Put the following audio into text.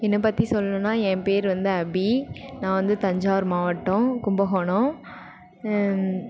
என்னை பற்றி சொல்லணும்னா என் பேரு வந்து அபி நான் வந்து தஞ்சாவூர் மாவட்டம் கும்பகோணம்